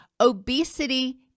Obesity